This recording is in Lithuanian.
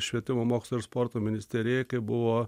švietimo mokslo ir sporto ministerijai kai buvo